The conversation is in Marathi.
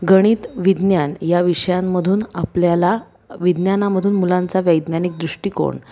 गणित विज्ञान या विषयांमधून आपल्याला विज्ञानामधून मुलांचा वैज्ञानिक दृष्टिकोण